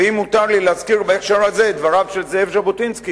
אם מותר לי להזכיר בהקשר הזה את דבריו של זאב ז'בוטינסקי,